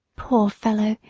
poor fellow!